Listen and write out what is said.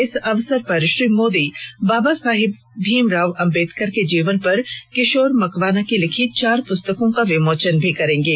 इस अवसर पर श्री मोदी बाबा साहेब भीमराव अम्बेडकर के जीवन पर किशोर मकवाना की लिखी चार पुस्तकों का विमोचन भी करेंगे